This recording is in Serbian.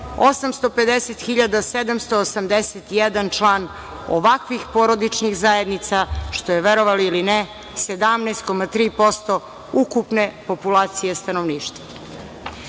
850.781 član ovakvih porodičnih zajednica, što je, verovali ili ne, 17,3% ukupne populacije stanovništva. Ovi